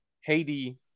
Haiti